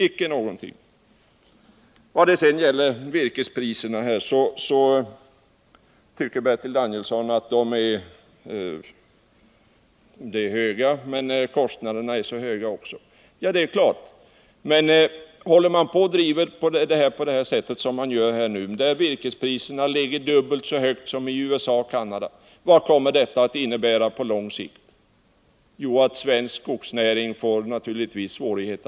Bertil Danielsson tycker att virkespriserna är höga och att kostnaderna därmed blir höga. Ja, det är klart. Virkespriserna här ligger ju dubbelt så högt som i USA och Canada. Vad innebär då detta på lång sikt? Jo, att det naturligtvis kommer att bli svårt för svensk skogsnäring att klara sig i konkurrensen.